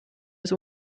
des